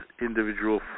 individual